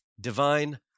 Divine